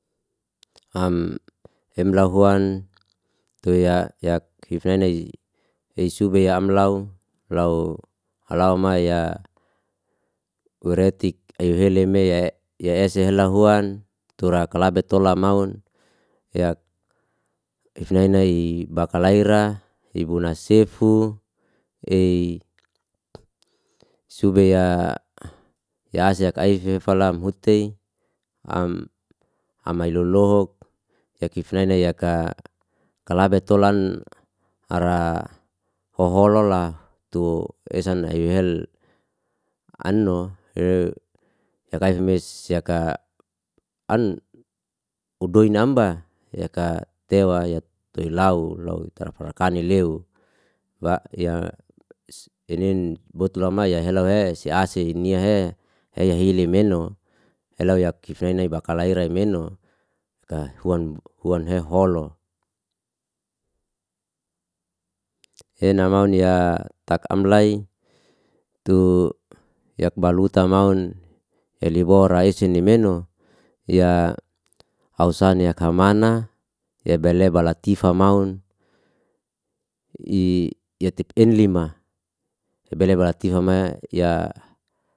Am emla huan tuya ya yak hifnei nei isubeyam lau lau lau ma ya weretik eyeheleme ya ya esihelahuan tura kalabet tola maun yak ifnai nai i bakalai ra ira ibona sefu ei subeya yasa yakaifef fala muhtei am amailolohok yakif nai ya yaka kalabe tolan ara hoholo la tu esan nai hel anno he yakai mes siaka an uddoi namba yaka tewa ya toi lau lau tarafara kane leo wa ya' enen bot lau maiya helou he se ase nia he heya hili meno helou yak kifnei nei bakalai ira meno gahuan huan heholo. enamaun ya tak amlai tu yakbaluta maun elibora esi nemeno ya ausane ya kamana yebeleba latifa maun i yatib enlima ebeleba latifa ma ya